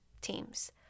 teams